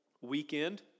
weekend